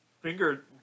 finger